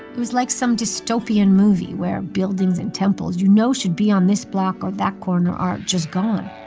it was like some dystopian movie where buildings and temples you know should be on this block or that corner are just gone,